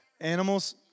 Animals